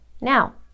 Now